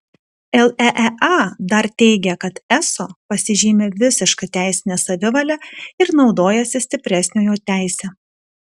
leea dar teigia kad eso pasižymi visiška teisine savivale ir naudojasi stipresniojo teise